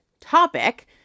topic